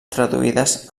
traduïdes